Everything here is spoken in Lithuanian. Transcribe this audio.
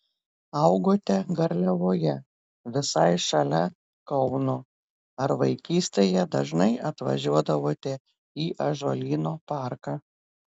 augote garliavoje visai šalia kauno ar vaikystėje dažnai atvažiuodavote į ąžuolyno parką